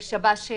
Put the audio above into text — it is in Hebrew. עניין עם שב"ס,